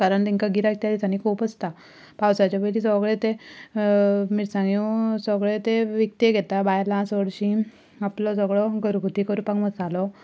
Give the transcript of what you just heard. कारण तेंका गिरायक त्या दिसांनी खूब आसता पावसाचे पयलीं सगळे ते मिरसांग्यो सगळे ते विकते घेता बायलां चडशीं आपलो सगळो घरगुती करपाक मसालो